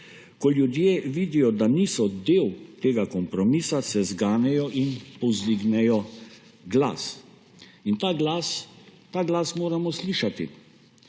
Ko ljudje vidijo, da niso del tega kompromisa, se zganejo in povzdignejo glas. In ta glas moramo slišati.